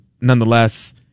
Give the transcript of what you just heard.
nonetheless